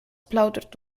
plaudert